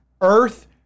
earth